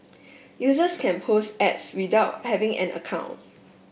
users can post ads without having an account